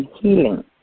healing